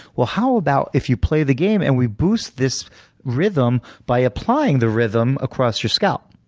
well how about if you play the game and we boost this rhythm by applying the rhythm across your scalp?